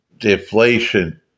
Deflation